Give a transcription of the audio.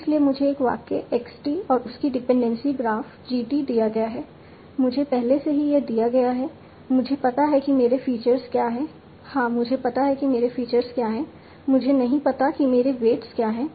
इसलिए मुझे एक वाक्य x t और उसकी डिपेंडेंसी ग्राफ G t दिया गया है मुझे पहले से ही यह दिया गया है मुझे पता है कि मेरे फीचर्स क्या हैं हां मुझे पता है कि मेरे फीचर्स क्या हैं मुझे नहीं पता कि मेरे वेट्स क्या हैं